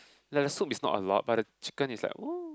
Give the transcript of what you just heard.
like the soup is not a lot but the chicken is like !whoo!